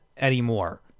anymore